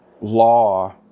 law